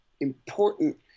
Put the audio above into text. important